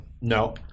No